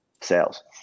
sales